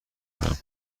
کنم